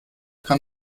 kann